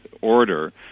order